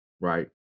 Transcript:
right